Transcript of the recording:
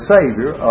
Savior